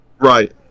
Right